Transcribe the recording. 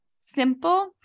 simple